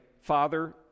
Father